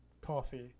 coffee